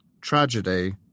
tragedy